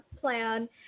plan